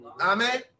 Amen